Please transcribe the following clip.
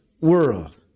world